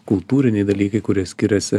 kultūriniai dalykai kurie skiriasi